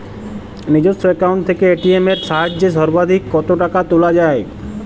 নিজস্ব অ্যাকাউন্ট থেকে এ.টি.এম এর সাহায্যে সর্বাধিক কতো টাকা তোলা যায়?